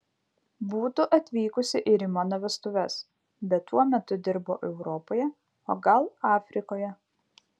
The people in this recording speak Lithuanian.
būtų atvykusi ir į mano vestuves bet tuo metu dirbo europoje o gal afrikoje